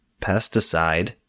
pesticide